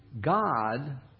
God